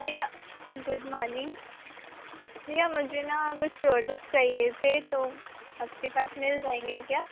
भइया good morning भइया मुझे ना कुछ प्रोडक्ट चाहिए थे तो आपके पास मिल जाएँगे क्या